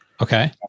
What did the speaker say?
Okay